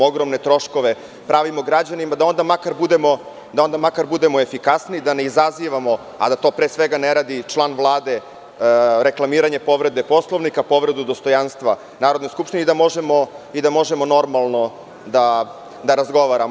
Ogromne troškove pravimo građanima, ali da onda makar budemo efikasniji, da ne izazivamo, a pre svega da to ne radi član Vlade, reklamiranjem povrede Poslovnika, povreda dostojanstva Narodne skupštine i da možemo normalno da razgovaramo.